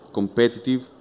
competitive